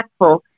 impactful